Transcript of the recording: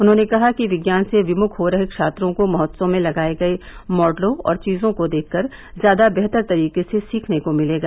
उन्होंने कहा कि विज्ञान से विमुख हो रहे छात्रों को महोत्सव में लगाये गये मॉडलों और चीजों को देखकर ज्यादा बेहतर तरीके से सीखने को मिलेगा